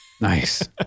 Nice